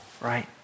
right